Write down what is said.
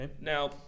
Now